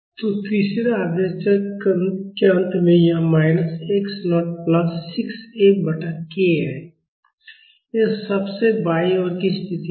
तो तीसरे आधे चक्र के अंत में यह minus x naught plus 6 F बटा k है यह सबसे बाईं ओर की स्थिति है